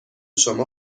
شما